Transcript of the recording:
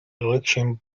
election